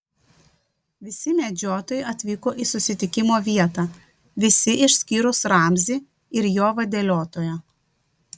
visi medžiotojai atvyko į susitikimo vietą visi išskyrus ramzį ir jo vadeliotoją